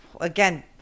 again